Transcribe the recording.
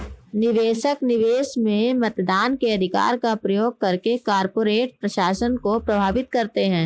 निवेशक, निवेश में मतदान के अधिकार का प्रयोग करके कॉर्पोरेट प्रशासन को प्रभावित करते है